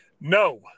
No